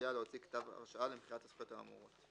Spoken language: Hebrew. להוציא כתב הרשאה למכירת הזכויות האמורות";